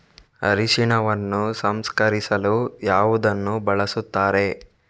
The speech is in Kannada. ಅರಿಶಿನವನ್ನು ಸಂಸ್ಕರಿಸಲು ಯಾವುದನ್ನು ಬಳಸುತ್ತಾರೆ?